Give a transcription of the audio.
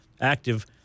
active